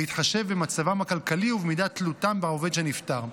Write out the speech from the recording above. בהתחשב במצבם הכלכלי ובמידת תלותם בעובד שנפטר.